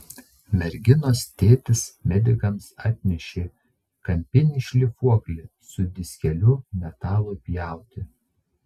merginos tėtis medikams atnešė kampinį šlifuoklį su diskeliu metalui pjauti